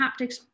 haptics